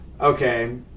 okay